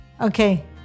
Okay